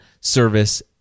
service